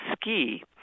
ski